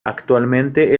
actualmente